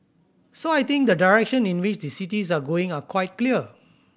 so I think the direction in which the cities are going are quite clear